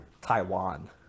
Taiwan